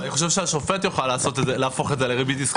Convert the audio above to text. אני חושב שהשופט יוכל להפוך את זה לריבית הסכמית.